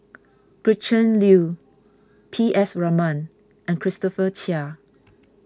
Gretchen Liu P S Raman and Christopher Chia